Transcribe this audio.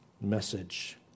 message